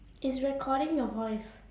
it's recording your voice